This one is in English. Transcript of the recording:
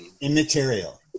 Immaterial